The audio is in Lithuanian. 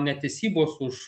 netesybos už